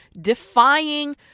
defying